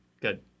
good